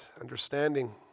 understanding